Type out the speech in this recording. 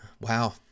wow